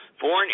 foreign